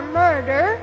murder